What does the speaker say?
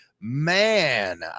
Man